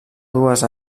dues